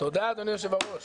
הישיבה ננעלה